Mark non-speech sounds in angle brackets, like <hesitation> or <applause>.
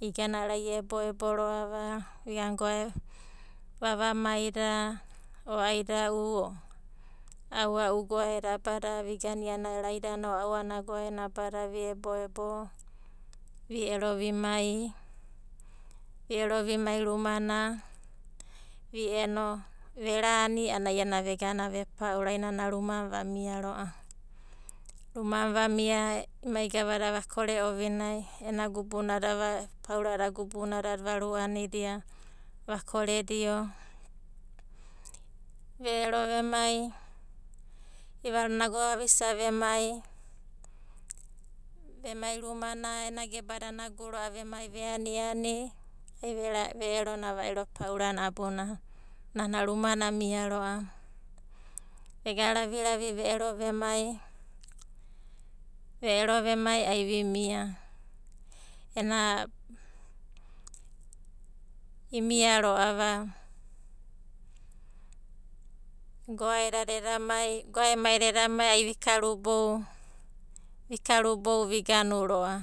igana ro'ava ieboebo ro'ava, vigana vavamaida o aida'u o aua'u goaedada. Vigana era iana aidana o auana goaena abada vi eboeebo vi ero vimai, vi ero vimai rumana vi eno verani a'anai iana vegana vepaura, ai nana rumanai vamia ro'a, ruman vamia emai gavada vakore ovinai, ena gabuna da va, paurada gubanadada varu'a nidia, vakoredio, ve'ero vemai, i'ivaruna ago avisa vemai ve aniani ai ve'erona va'iro paurana abunana. Nana rumanai amia ro'ava. Ega raviravi ve'ero vemai, ve ero vemai ai vimia. Ena <hesitation> imia roa'av goaedada eda mai, goaemaida edamai ai vikaru bou, vi karubou vi ganu ro'a.